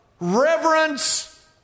reverence